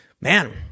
Man